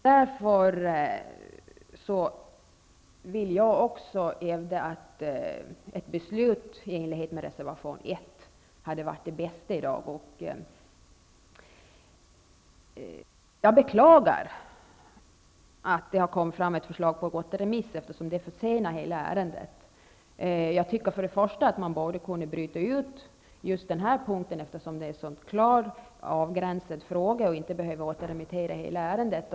Därför vill jag hävda att ett beslut i enlighet med reservation 1 hade varit det bästa i dag, och jag beklagar att det har framförts ett förslag om återremiss, det försenar hela ärendet. Först och främst tycker jag att man borde kunna bryta ut just den här punkten, eftersom det är en så klart avgränsad fråga, och inte behöva återremittera hela ärendet.